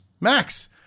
Max